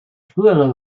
frühere